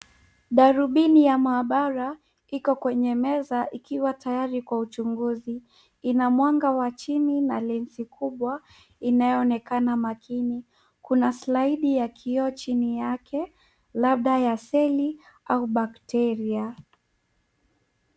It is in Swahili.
Darubini ya maabara, iko kwenye meza ikiwa tayari kwa uchunguzi . Ina mwanga wa chini na lensi kubwa inayoonekana makini. Kuna slaidi ya kioo chini yake labda ya feli au bakteria .